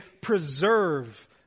preserve